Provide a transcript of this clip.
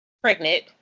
pregnant